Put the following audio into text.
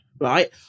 right